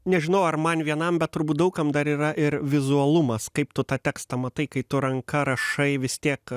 nežinau ar man vienam bet turbūt daug kam dar yra ir vizualumas kaip tu tą tekstą matai kai tu ranka rašai vis tiek